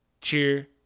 cheer